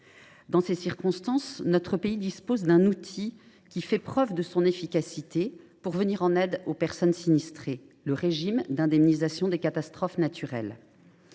naturelles. Notre pays dispose d’un outil qui a fait preuve de son efficacité pour venir en aide aux personnes sinistrées : le régime d’indemnisation des catastrophes naturelles.